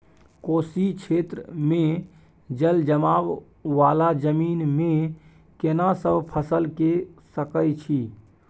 कोशी क्षेत्र मे जलजमाव वाला जमीन मे केना सब फसल के सकय छी?